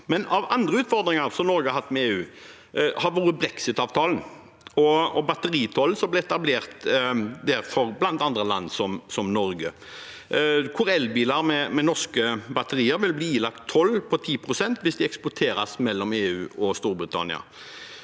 En annen utfordring Norge har hatt med EU, har vært brexit-avtalen og batteritollen som ble etablert for bl.a. land som Norge. Elbiler med norske batterier vil bli ilagt toll på 10 pst. hvis de eksporteres mellom EU og Storbritannia.